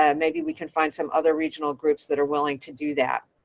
um maybe we can find some other regional groups that are willing to do that.